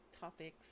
topics